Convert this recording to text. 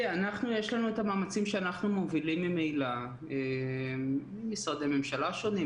יש לנו את המאמצים שאנחנו מובילים ממילא עם משרדי ממשלה שונים,